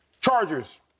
Chargers